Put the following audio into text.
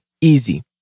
easy